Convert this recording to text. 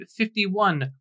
51